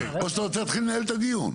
או שאתה רוצה להתחיל לנהל את הדיון.